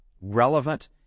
relevant